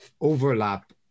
overlap